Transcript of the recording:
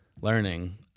learning